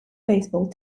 baseball